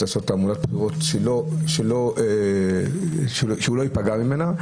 לעשות תעמולת בחירות שהוא לא יפגע ממנה,